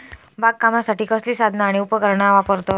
बागकामासाठी कसली साधना आणि उपकरणा वापरतत?